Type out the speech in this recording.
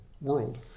world